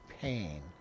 pain